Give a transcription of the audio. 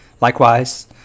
Likewise